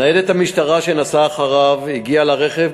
ניידת המשטרה שנסעה אחריו הגיעה לרכב